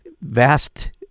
vast